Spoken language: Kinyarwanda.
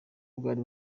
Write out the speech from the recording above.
bwari